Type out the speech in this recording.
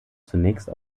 zunächst